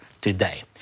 today